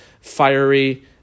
fiery